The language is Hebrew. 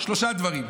שלושה דברים,